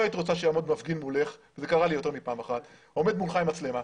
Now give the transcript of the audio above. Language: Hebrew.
לא היית רוצה שיעמוד מפגין מולך זה קרה לי יותר מפעם אחת עם מצלמה,